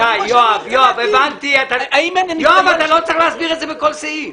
מדוע --- אתה לא צריך להסביר את זה בכל סעיף.